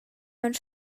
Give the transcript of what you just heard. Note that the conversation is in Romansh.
aunc